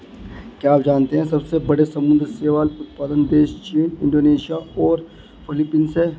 क्या आप जानते है सबसे बड़े समुद्री शैवाल उत्पादक देश चीन, इंडोनेशिया और फिलीपींस हैं?